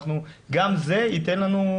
גם זה ייתן לנו מידע.